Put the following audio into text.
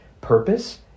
purpose